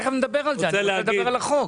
תכף נדבר על זה, אני הולך לדבר על החוק.